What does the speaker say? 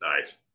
Nice